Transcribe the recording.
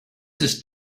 just